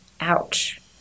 Ouch